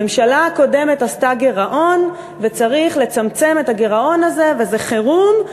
הממשלה הקודמת עשתה גירעון וצריך לצמצם את הגירעון הזה וזה חירום.